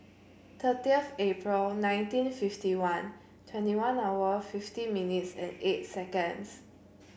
thirtieth April nineteen fifty one twenty one hour fifty minutes and eight seconds